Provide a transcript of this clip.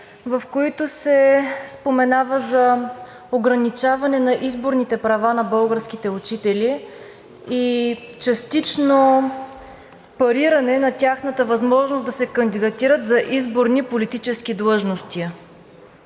в които се споменава за ограничаване на изборните права на българските учители и частично париране на тяхната възможност да се кандидатират за изборни политически длъжности.